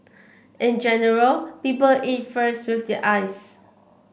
in general people eat first with their eyes